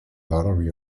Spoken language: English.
lottery